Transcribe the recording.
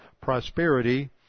prosperity